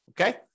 Okay